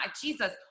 Jesus